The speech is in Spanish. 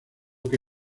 que